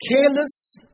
careless